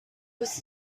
was